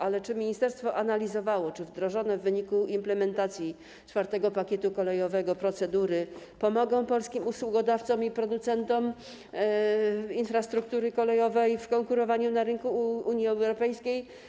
Ale czy ministerstwo analizowało, czy procedury wdrożone w wyniku implementacji IV pakietu kolejowego pomogą polskim usługodawcom i producentom infrastruktury kolejowej w konkurowaniu na rynku Unii Europejskiej?